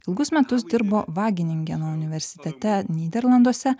ilgus metus dirbo vageningeno universitete nyderlanduose